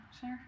Sure